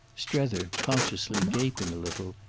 strether, consciously gaping a little,